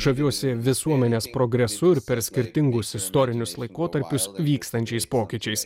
žaviuosi visuomenės progresu ir per skirtingus istorinius laikotarpius vykstančiais pokyčiais